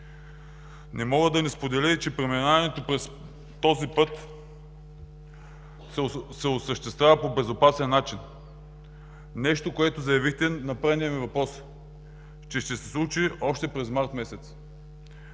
Не мога да не споделя и че преминаването през този път ще се осъществява по безопасен начин – нещо, което заявихте при предния ми въпрос, че ще се случи още през март месец.